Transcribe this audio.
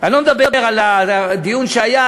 אני לא מדבר על הדיון שהיה,